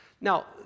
Now